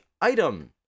item